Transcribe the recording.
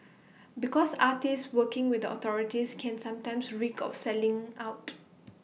because artists working with the authorities can sometimes reek of selling out